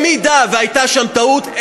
אם הייתה שם טעות,